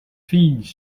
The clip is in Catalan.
fills